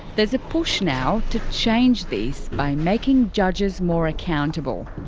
there is a push now, to change this by making judges more accountable